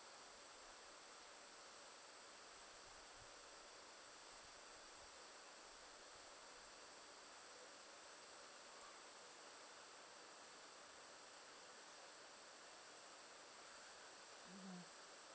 mmhmm